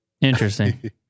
Interesting